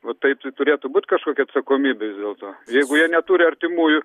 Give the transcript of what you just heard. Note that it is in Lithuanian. o tai turėtų būt kažkokia atsakomybė vis dėlto jeigu jie neturi artimųjų